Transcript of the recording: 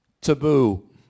Taboo